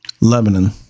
Lebanon